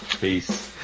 Peace